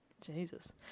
Jesus